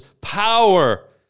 power